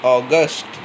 August